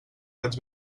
vaig